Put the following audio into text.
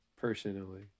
personally